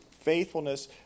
faithfulness